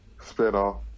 spinoff